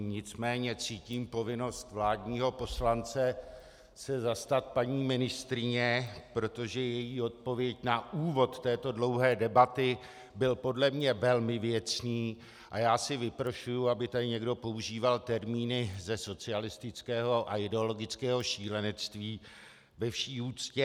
Nicméně cítím povinnost vládního poslance se zastat paní ministryně, protože její odpověď na úvod této dlouhé debaty byla pro mě velmi věcná a já si vyprošuji, aby tady někdo používal termíny ze socialistického a ideologického šílenství, ve vší úctě.